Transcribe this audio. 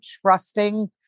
trusting